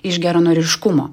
iš geranoriškumo